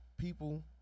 people